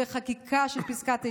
וחקיקה של פסקת ההתגברות,